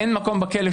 אין מקום בכלא.